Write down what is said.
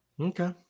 Okay